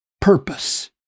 purpose